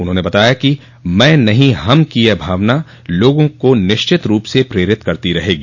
उन्होंने कहा कि मैं नहीं हम की यह भावना लोगों को निश्चित रूप से प्रेरित करती रहेगी